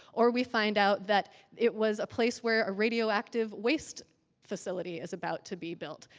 or we find out that it was a place where a radioactive waste facility is about to be built.